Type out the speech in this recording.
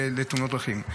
בתאונות דרכים.